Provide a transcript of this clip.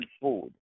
food